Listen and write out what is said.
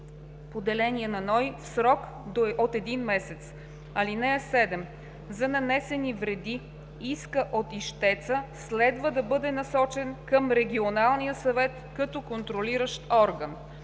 поделения на НОИ) в срок от един месец. (7) За нанесени вреди искът от ищеца следва да бъде насочен към регионалния съвет, като контролиращ орган.